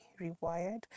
rewired